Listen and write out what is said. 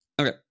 okay